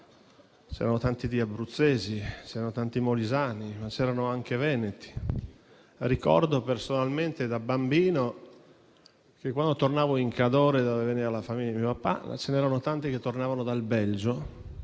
c'erano tanti abruzzesi, molisani e anche veneti. Ricordo personalmente da bambino che, quando tornavo in Cadore dalla famiglia di mio papà, ce n'erano tanti che tornavano dal Belgio